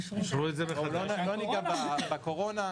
אישרו את זה ------ לא ניגע בקורונה.